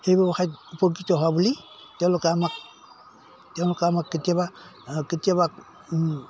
সেই ব্যৱসায়ত উপকৃত হোৱা বুলি তেওঁলোকে আমাক তেওঁলোকে আমাক কেতিয়াবা কেতিয়াবা